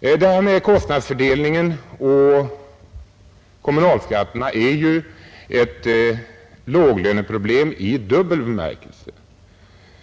Det här med kostnadsfördelningen och kommunalskatterna är ju ett låglöneproblem i dubbel bemärkelse.